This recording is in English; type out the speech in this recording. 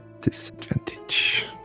disadvantage